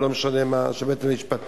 ולא משנה מה בית-המשפט פסק,